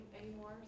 anymore